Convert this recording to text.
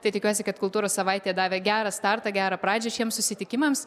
tai tikiuosi kad kultūros savaitė davė gerą startą gera pradžią šiems susitikimams